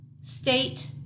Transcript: state